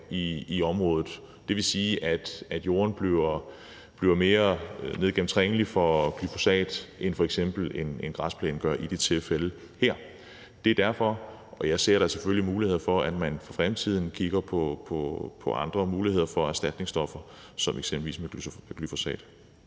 i området. Det vil sige, at jorden bliver mere gennemtrængelig for glyfosat, end f.eks. en græsplæne gør i de tilfælde her. Det er derfor. Jeg ser da selvfølgelig mulighed for, at man for fremtiden kigger på andre muligheder for erstatningsstoffer som eksempelvis glyfosat.